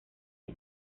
del